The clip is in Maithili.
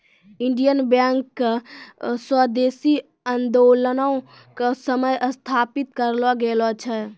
इंडियन बैंक के स्वदेशी आन्दोलनो के समय स्थापित करलो गेलो छै